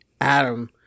Adam